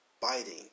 biting